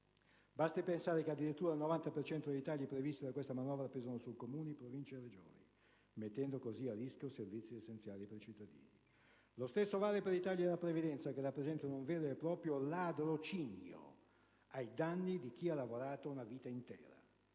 Basti pensare che addirittura il 90 per cento dei tagli previsti da questa manovra pesa su Comuni, Province e Regioni, mettendo così a rischio servizi essenziali per i cittadini. Lo stesso vale per i tagli alla previdenza, che rappresentano un vero e proprio ladrocinio ai danni di chi ha lavorato una vita intera;